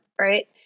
right